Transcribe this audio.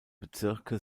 bezirke